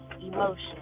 emotion